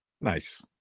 nice